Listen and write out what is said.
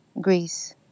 Greece